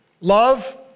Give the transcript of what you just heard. love